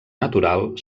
natural